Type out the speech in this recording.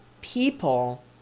people